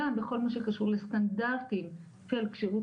גם בכל מה שקשור לסטנדרטיים של כשירות